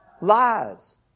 Lies